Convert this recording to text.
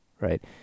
right